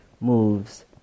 moves